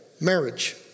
marriage